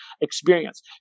experience